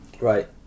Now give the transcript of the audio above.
right